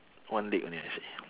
one leg only I see